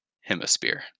hemisphere